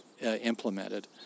implemented